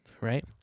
Right